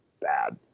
bad